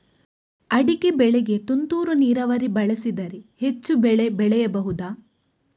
ಅಡಿಕೆ ಬೆಳೆಗೆ ತುಂತುರು ನೀರಾವರಿ ಬಳಸಿದರೆ ಹೆಚ್ಚು ಬೆಳೆ ಬೆಳೆಯಬಹುದಾ?